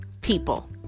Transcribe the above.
people